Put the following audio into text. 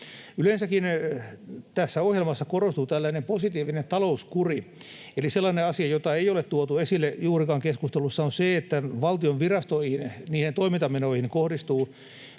Yleensäkin tässä ohjelmassa korostuu tällainen positiivinen talouskuri. Sellainen asia, jota ei ole juurikaan tuotu esille keskustelussa, on se, että valtion virastoihin, niiden toimintamenoihin, kohdistuu